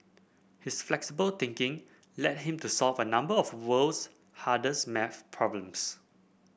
his flexible thinking led him to solve a number of world's hardest maths problems